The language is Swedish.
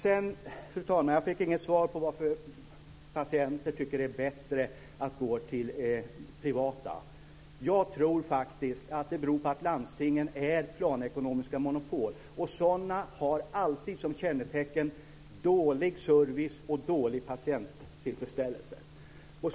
Sedan, fru talman, fick jag inget svar på varför patienter tycker att det är bättre att går till privata vårdgivare. Jag tror faktiskt att det beror på att landstingen är planekonomiska monopol. Sådana har alltid som kännetecken dålig service och dålig patienttillfredsställelse.